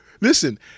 Listen